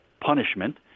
punishment